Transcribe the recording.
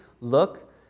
look